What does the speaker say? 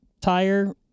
tire